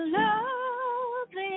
love